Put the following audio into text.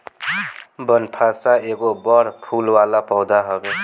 बनफशा एगो बड़ फूल वाला पौधा हवे